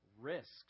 risks